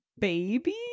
baby